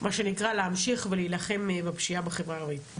מה שנקרא להמשיך ולהילחם בפשיעה בחברה הערבית.